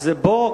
אז בוא,